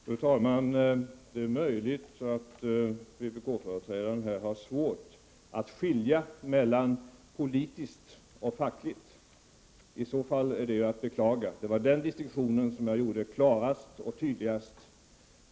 Fru talman! Det är möjligt att vpk-företrädaren här har svårt att skilja mellan vad som är politiskt och vad som är fackligt. I så fall är det att beklaga. Det var den distinktionen jag gjorde klarast och tydligast.